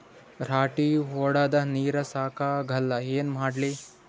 ರಾಟಿ ಹೊಡದ ನೀರ ಸಾಕಾಗಲ್ಲ ಏನ ಮಾಡ್ಲಿ?